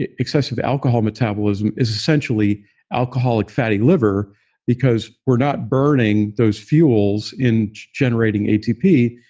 ah excessive alcohol metabolism is essentially alcoholic fatty liver because we're not burning those fuels in generating atp.